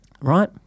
right